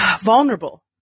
vulnerable